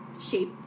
shape